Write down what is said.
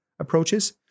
approaches